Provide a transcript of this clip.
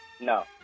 No